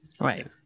Right